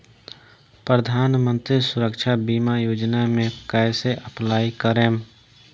प्रधानमंत्री सुरक्षा बीमा योजना मे कैसे अप्लाई करेम?